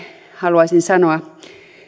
haluaisin sanoa